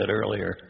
earlier